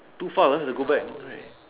too far lah to go back right